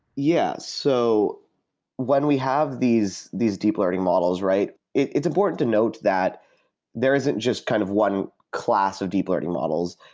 yeah. so when we have these these deep learning models, it is important to note that there isn't just kind of one class of deep learning models.